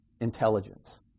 intelligence